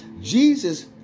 Jesus